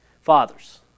Fathers